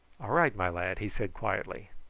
all right, my lad, he said quietly.